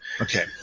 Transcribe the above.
Okay